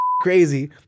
crazy